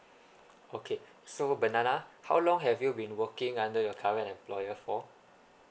okay so banana how long have you been working under your current employer for